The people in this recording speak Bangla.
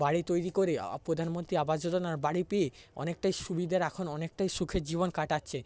বাড়ি তৈরি করে প্রধানমন্ত্রী আবাস যোজনার বাড়ি পেয়ে অনেকটাই সুবিধার এখন অনেকটাই সুখের জীবন কাটাচ্ছে